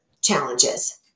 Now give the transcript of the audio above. challenges